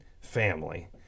family